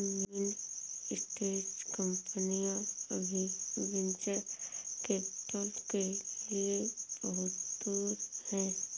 mid stage कंपनियां अभी venture capital के लिए बहुत दूर हैं